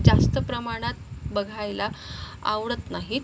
जास्त प्रमाणात बघायला आवडत नाहीत